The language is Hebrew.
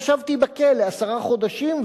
ישבתי בכלא עשרה חודשים,